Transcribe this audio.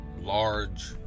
large